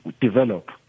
develop